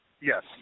yes